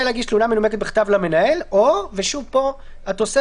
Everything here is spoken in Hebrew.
להגיש תלונה מנומקת בכתב למנהל או" ושוב פה התוספת